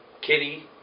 Kitty